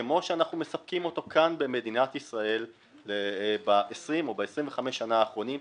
כמו שאנחנו מספקים אותו כאן במדינת ישראל ב-20 או ב-25 שנה האחרונות,